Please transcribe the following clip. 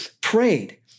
prayed